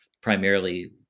primarily